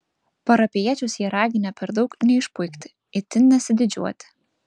parapijiečius jie raginę per daug neišpuikti itin nesididžiuoti